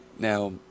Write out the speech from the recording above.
Now